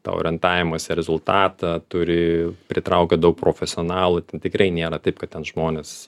tą orientavimąsi rezultatą turi pritraukia daug profesionalų ten tikrai nėra taip kad ten žmonės